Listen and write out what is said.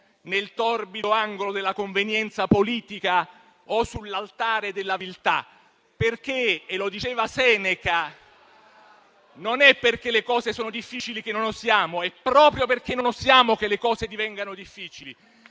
nel torbido angolo della convenienza politica o sull'altare della viltà, perché - e lo diceva Seneca - «non è perché le cose sono difficili che non osiamo; è proprio perché non osiamo che le cose sono difficili».